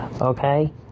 okay